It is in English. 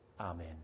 Amen